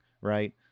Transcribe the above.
right